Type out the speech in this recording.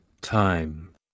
time